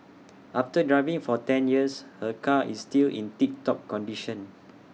after driving for ten years her car is still in tip top condition